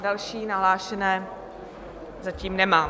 Další nahlášené zatím nemám.